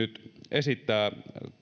esittää